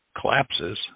collapses